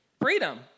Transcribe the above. Freedom